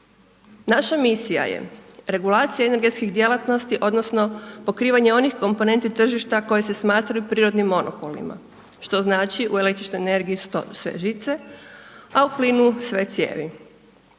Naša misija je regulacija energetskih djelatnosti, odnosno, pokrivanje onih komponenti tržišta, koje se smatraju prirodnim monopolima, što znači, u električnoj energiji, su to sve žice, a u plinu sve cijevi.